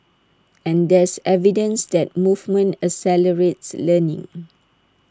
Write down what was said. and there's evidence that movement accelerates learning